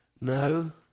No